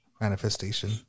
manifestation